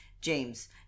james